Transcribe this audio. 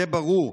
זה ברור,